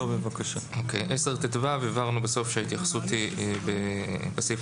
סעיף 10טו. בסופו הבהרנו שההתייחסות בסעיף